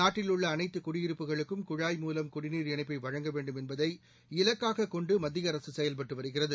நாட்டில் உள்ளஅனைத்துகுடியிருப்புகளுக்கும் குழாய் மூலம் குடிநீர் இணைப்பைவழங்க வேண்டும் என்பதை இலக்காககொண்டுமத்தியஅரசுசெயல்பட்டுவருகிறது